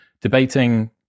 debating